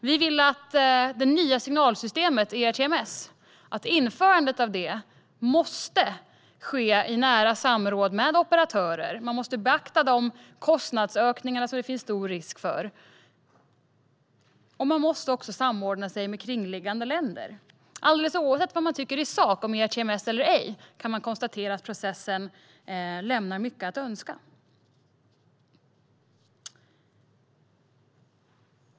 Vi vill att införandet av det nya signalsystemet ERTMS sker i nära samråd med operatörerna. Man måste beakta de kostnadsökningar som det finns stor risk för. Man måste också samordna med kringliggande länder. Alldeles oavsett vad man tycker i sak om ERTMS kan man konstatera att processen lämnar mycket att önska.